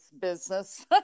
business